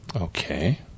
okay